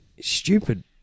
stupid